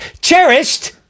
cherished